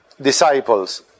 disciples